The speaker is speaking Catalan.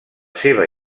seva